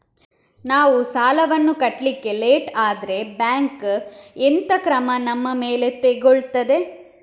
ನಾವು ಸಾಲ ವನ್ನು ಕಟ್ಲಿಕ್ಕೆ ಲೇಟ್ ಆದ್ರೆ ಬ್ಯಾಂಕ್ ಎಂತ ಕ್ರಮ ನಮ್ಮ ಮೇಲೆ ತೆಗೊಳ್ತಾದೆ?